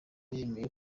wemera